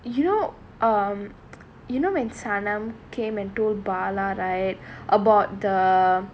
you know um you know when sanam came and told bala right about the